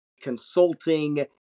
consulting